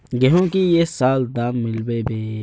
गेंहू की ये साल दाम मिलबे बे?